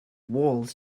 walls